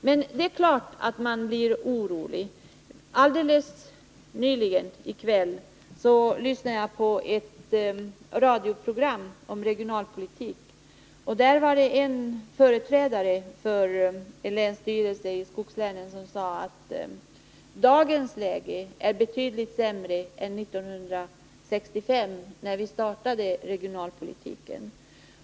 Men det är klart att man blir orolig, när situationen är som jag beskrivit den. Tidigare i kväll lyssnade jag på ett radioprogram om regionalpolitik. Där sade en företrädare för en länsstyrelse i ett skogslän att dagens läge är betydligt sämre än det var 1965, då vi startade regionalpolitiken.